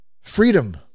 freedom